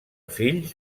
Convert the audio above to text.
fills